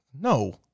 no